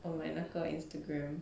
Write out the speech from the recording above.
on my 那个 instagram